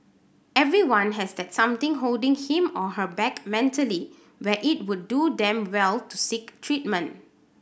everyone has that something holding him or her back mentally where it would do them well to seek treatment